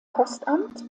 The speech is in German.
postamt